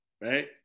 right